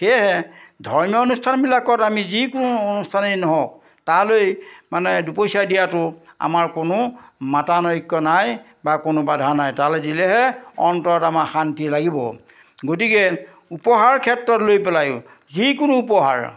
সেয়েহে ধৰ্মীয় অনুষ্ঠানবিলাকত আমি যিকোনো অনুষ্ঠানেই নহওক তালৈ মানে দুপইচা দিয়াতো আমাৰ কোনো মতানৈক্য নাই বা কোনো বাধা নাই তালৈ দিলেহে অন্তৰত আমাৰ শান্তি লাগিব গতিকে উপহাৰ ক্ষেত্ৰত লৈ পেলাইও যিকোনো উপহাৰ